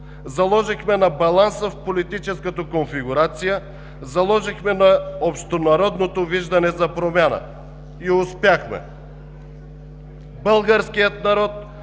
Заложихме на баланса в политическата конфигурация, заложихме на общонародното виждане за промяна, и успяхме. (Шум и реплики.)